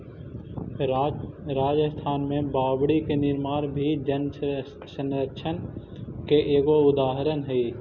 राजस्थान में बावडि के निर्माण भी जलसंरक्षण के एगो उदाहरण हई